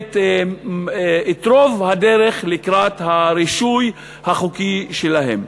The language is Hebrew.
את רוב הדרך לקראת הרישוי החוקי שלהם.